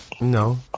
No